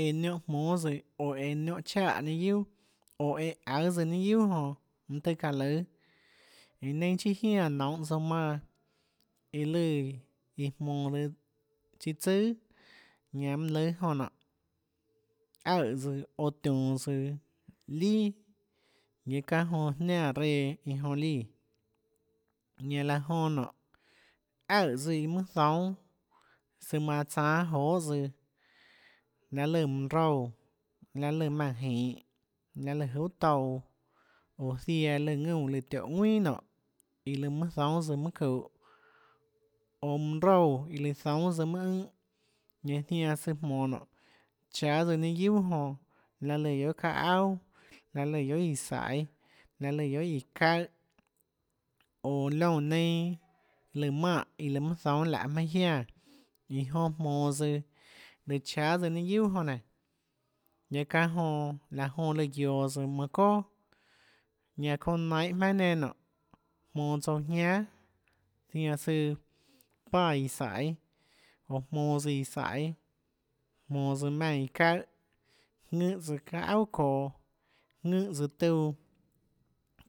Eã niónhã jmónâ tsøã oå eã niónhã chaè ninâ guiuà oå eã aùâtsøã ninâ guiuà jonã çaã lùâ iã neinâ chiâ jiánã nounhå tsouã manã iã lùã iã jmonå tsøã tsùà ñanã mùnâ lùâ jonã nonê aøè oã tionå tsøã lià guiaâ çanè jonã jiánã reã líã ñanã laã jonã nonê aøè tsøã iã mønâ zoúnâ søã manã tsánâ joê tsøã laê lùã mønã roúã laê lùã maùnã jinhå laê lùã juhà touã oå ziaã iã lùã ðúnã tióhå ðuinà nonê iã lùã mønâ zoúnâ tsøã mønâ çuhå oå ønã roúã iã lùã zoúnâ søã mønâ ùnhã ñanã zianã søã jmonå nonê cháâ tsøã ninâ guiuà jonã laê lùã guiohà çaâ auà laê lùã guiohà íã saiê laê lùã guiohà íã çaùhã oå liónã neinâ iå lùã mønâ zoúnâ laøê jmaønâ jiánå iã jonã jmonå tsøã lùã cháã tsøã ninâ guiuà jonã nénå guiaã çánhã jonã laã jonã lùã guioå tsøã manã çoà ñanã çounã nainhå jmaønâ nenã nonê jmonå tsouã jiánà zianã søã páã íã saiê oå jmonå tsøã íã saiê jmonå tsøã maùnã íã çaùhã ðùnhã tsøã çaâ auà çoå ðùnhã tsøã tuã